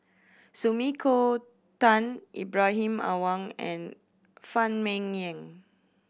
Sumiko Tan Ibrahim Awang and Phan Ming Yen